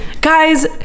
Guys